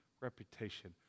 reputation